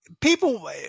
People